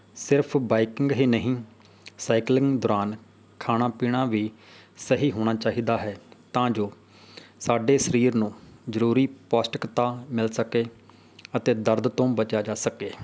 ਸਿਰਫ ਬਾਈਕਿੰਗ ਹੀ ਨਹੀਂ ਸਾਈਕਲਿੰਗ ਦੌਰਾਨ ਖਾਣਾ ਪੀਣਾ ਵੀ ਸਹੀ ਹੋਣਾ ਚਾਹੀਦਾ ਹੈ ਤਾਂ ਜੋ ਸਾਡੇ ਸਰੀਰ ਨੂੰ ਜ਼ਰੂਰੀ ਪੌਸ਼ਟਿਕਤਾ ਮਿਲ ਸਕੇ ਅਤੇ ਦਰਦ ਤੋਂ ਬਚਿਆ ਜਾ ਸਕੇ